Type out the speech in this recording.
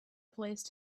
placed